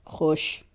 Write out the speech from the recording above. خوش